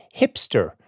hipster